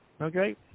okay